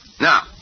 Now